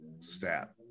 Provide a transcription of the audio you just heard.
stat